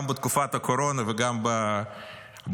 גם בתקופת הקורונה וגם בשנים